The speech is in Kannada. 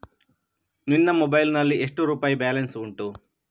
ನಿನ್ನ ಮೊಬೈಲ್ ನಲ್ಲಿ ಎಷ್ಟು ರುಪಾಯಿ ಬ್ಯಾಲೆನ್ಸ್ ಉಂಟು?